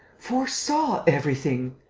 foresaw everything.